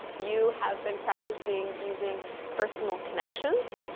you have been practicing using personal connections.